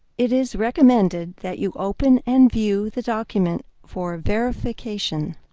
it is recommended that you open and view the document for verification.